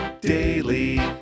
Daily